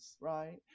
right